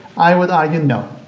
i would argue no,